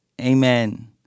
Amen